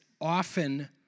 often